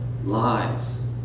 lies